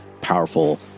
powerful